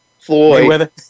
Floyd